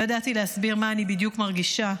לא ידעתי להסביר מה בדיוק אני מרגישה,